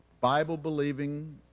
Bible-believing